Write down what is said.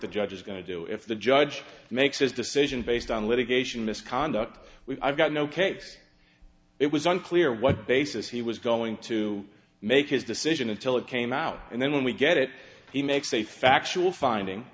the judge is going to do if the judge makes his decision based on litigation misconduct we've got no case it was unclear what basis he was going to make his decision until it came out and then when we get it he makes a factual finding